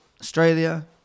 Australia